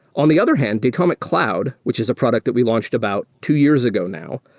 on the other hand, datomic cloud, which is a product that we launched about two years ago now,